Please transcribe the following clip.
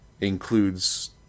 includes